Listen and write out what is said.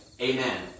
Amen